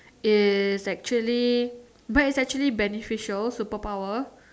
is actually but is actually beneficial superpower